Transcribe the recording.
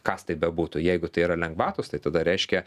kas tai bebūtų jeigu tai yra lengvatos tai tada reiškia